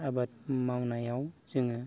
आबाद मावनायाव जोङो